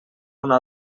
una